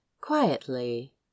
quietly